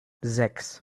sechs